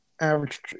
average